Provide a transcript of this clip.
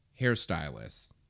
hairstylists